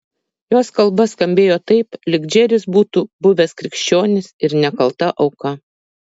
jos kalba skambėjo taip lyg džeris būtų buvęs krikščionis ir nekalta auka